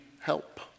help